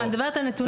אני מדברת על נתונים.